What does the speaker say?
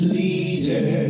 leader